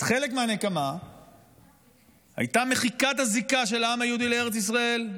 אז חלק מהנקמה היה מחיקת הזיקה של העם היהודי לארץ ישראל.